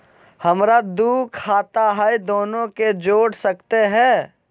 हमरा दू खाता हय, दोनो के जोड़ सकते है?